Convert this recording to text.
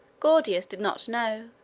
gordius did not know,